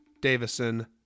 Davison